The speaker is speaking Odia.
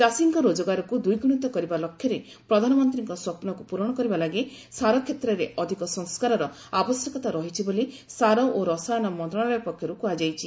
ଚାଷୀଙ୍କ ରୋଜଗାରକୁ ଦ୍ୱିଗୁଣିତ କରିବା ଲକ୍ଷ୍ୟରେ ପ୍ରଧାନମନ୍ତ୍ରୀଙ୍କ ସ୍ୱପ୍ନକୁ ପୂରଣ କରିବା ଲାଗି ସାର କ୍ଷେତ୍ରରେ ଅଧିକ ସଂସ୍କାରର ଆବଶ୍ୟକତା ରହିଛି ବୋଲି ସାର ଓ ରସାୟନ ମନ୍ତ୍ରଶାଳୟ ପକ୍ଷରୁ କୁହାଯାଇଛି